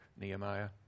Nehemiah